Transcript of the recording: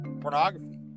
pornography